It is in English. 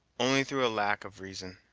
only through a lack of reason.